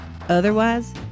Otherwise